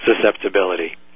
susceptibility